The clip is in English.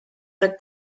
the